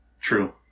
True